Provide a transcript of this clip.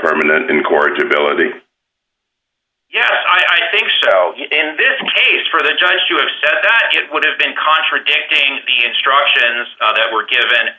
permanent in court to villa the yes i think so in this case for the judge you have said that it would have been contradicting the instructions that were given